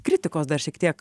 kritikos dar šiek tiek